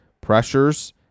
pressures